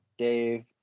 Dave